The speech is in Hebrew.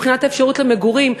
מבחינת האפשרות למגורים,